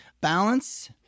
balance